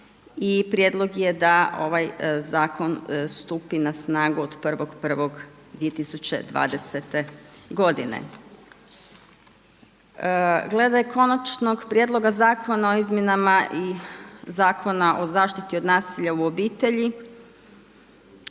prijedlog je da ovaj zakon stupi na snagu od 1.1.2020. godine. Glede Konačnog prijedloga Zakona o izmjenama Zakona o zaštiti od nasilja u obitelji